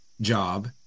job